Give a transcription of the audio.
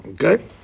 Okay